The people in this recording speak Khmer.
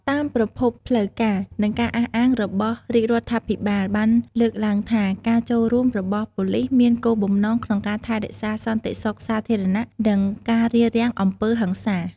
តាមប្រភពផ្លូវការ និងការអះអាងរបស់រាជរដ្ឋាភិបាលបានលើកឡើងថា ការចូលរួមរបស់ប៉ូលីសមានគោលបំណងក្នុងការថែរក្សាសន្តិសុខសាធារណៈ និងការរារាំងអំពើហិង្សា។